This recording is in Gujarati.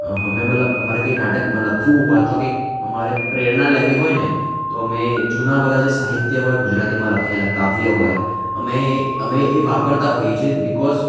મેં મતલબ અમારે કઈ નાટક લખવું હોય અથવા કંઈક અમારે પ્રેરણા લેવી હોય ને તો અમે જૂનાં બધા જે સાહિત્ય હોય ગુજરાતીમાં લખાયેલાં કાવ્યો હોય અમે એ અમે એ વાપરતા હોઈએ છે બીકોઝ